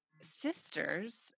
sisters